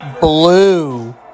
Blue